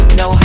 no